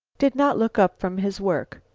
did not look up from his work.